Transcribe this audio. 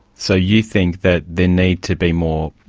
so you think that there needs to be more,